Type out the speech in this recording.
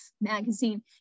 magazine